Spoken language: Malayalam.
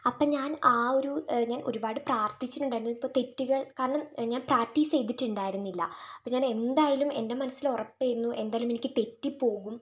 അപ്പോൾ ഞാൻ ആ ഒരു ഞാൻ ഒരുപാട് പ്രാർത്ഥിച്ചിട്ട് ഉണ്ടായിരുന്നു ഇപ്പോൾ തെറ്റുകൾ കാരണം ഞാൻ പ്രാക്ടീസ് ചെയ്തിട്ടുണ്ടായിരുന്നില്ല അപ്പോൾ എന്തായാലും എൻ്റെ മനസ്സിൽ ഉറപ്പായിരുന്നു എന്തായാലും എനിക്ക് തെറ്റിപ്പോകും